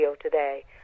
today